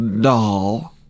doll